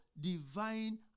divine